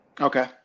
Okay